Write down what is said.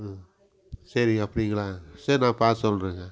ம் சரிங்க அப்படிங்களா சரி நான் பார்த்து சொல்லுறங்க